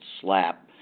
slap